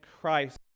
Christ